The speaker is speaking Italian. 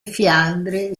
fiandre